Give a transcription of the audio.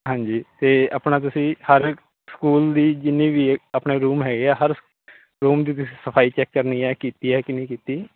ਹਾਂਜੀ ਅਤੇ ਆਪਣਾ ਤੁਸੀਂ ਹਰ ਰੋਜ਼ ਸਕੂਲ ਦੀ ਜਿੰਨੀ ਵੀ ਆਪਣੇ ਰੂਮ ਹੈਗੇ ਆ ਹਰ ਰੂਮ ਦੀ ਤੁਸੀਂ ਸਫਾਈ ਚੈੱਕ ਕਰਨੀ ਹੈ ਕੀਤੀ ਹੈ ਕਿ ਨਹੀਂ ਕੀਤੀ